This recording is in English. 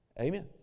Amen